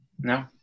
No